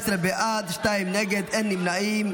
19 בעד, שניים נגד, אין נמנעים.